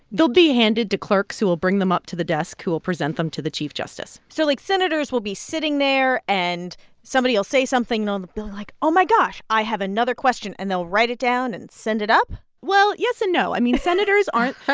they'll be handed to clerks, who will bring them up to the desk who will present them to the chief justice so, like, senators will be sitting there. and somebody will say something, and they'll be like, oh, my gosh i have another question. and they'll write it down and send it up well, yes and no. i mean, senators aren't.